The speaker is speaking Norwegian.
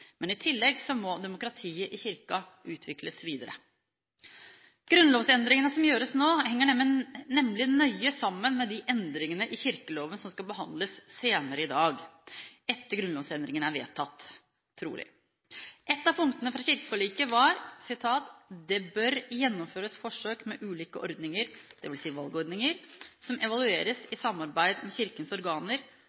I tillegg må demokratiet i Kirken utvikles videre. Grunnlovsendringene som gjøres nå, henger nemlig nøye sammen med de endringene i kirkeloven som skal behandles senere i dag, etter at grunnlovsendringene er vedtatt, trolig. Et av punktene fra kirkeforliket var: «Det bør gjennomføres forsøk med ulike ordninger» – dvs. valgordninger – «som evalueres